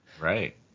Right